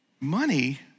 Money